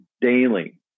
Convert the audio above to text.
daily